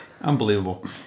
Unbelievable